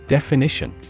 Definition